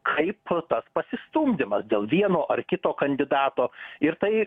kaip tas pasistumdymas dėl vieno ar kito kandidato ir tai